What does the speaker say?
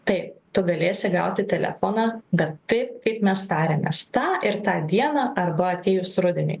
taip tu galėsi gauti telefoną bet taip kaip mes tarėmės tą ir tą dieną arba atėjus rudeniui